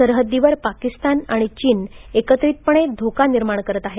सरहद्दीवर पाकिस्तान आणि चीन एकत्रितपणे धोका निर्माण करत आहेत